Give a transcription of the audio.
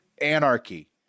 anarchy